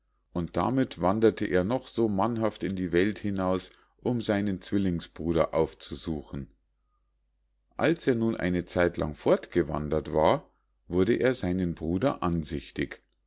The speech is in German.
und damit wanderte er noch so mannhaft in die welt hinaus um seinen zwillingsbruder aufzusuchen als er nun eine zeitlang fortgewandert war wurde er seinen bruder ansichtig